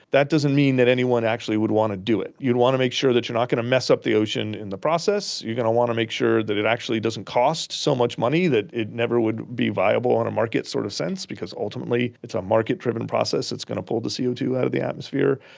that doesn't mean that anyone actually would want to do it. you want to make sure that you're not going to mess up the ocean in the process, you're going to want to make sure that it actually doesn't cost so much money that it never would be viable in and a market sort of sense because ultimately it's a market driven process that's going to pull the c o two out of the atmosphere.